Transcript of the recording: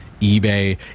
eBay